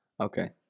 Okay